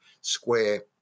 square